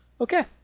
Okay